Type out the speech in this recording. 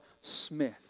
Smith